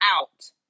out